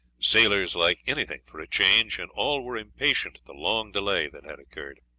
sailors like anything for a change, and all were impatient at the long delay that had occurred.